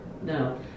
No